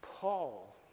Paul